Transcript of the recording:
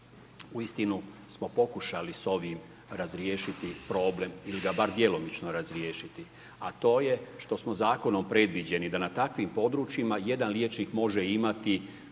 uistinu smo pokušali s ovim razriješiti problem ili ga bar djelomično razriješiti a to je što smo zakonom predviđeni da na takvim područjima jedan liječnik može imati